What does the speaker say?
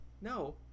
No